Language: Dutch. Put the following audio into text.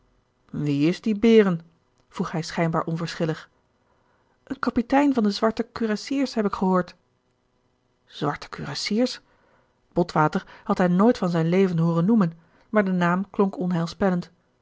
wie is die behren vroeg hij schijnbaar onverschillig een kapitein van de zwarte kurassiers heb ik gehoord gerard keller het testament van mevrouw de tonnette zwarte kurassiers botwater had hen nooit van zijn leven hooren noemen maar de naam klonk onheilspellend